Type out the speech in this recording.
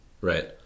right